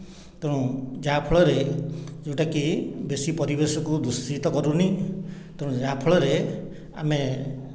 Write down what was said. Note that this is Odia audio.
ତେଣୁ ଯାହା ଫଳରେ ଯେଉଁଟା କି ବେଶୀ ପରିବେଶକୁ ଦୂଷିତ କରୁନି ତେଣୁ ଯାହା ଫଳରେ ଆମେ